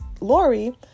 Lori